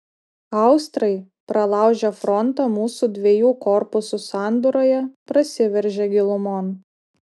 austrai pralaužę frontą mūsų dviejų korpusų sandūroje prasiveržė gilumon